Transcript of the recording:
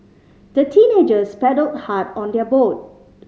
the teenagers paddled hard on their boat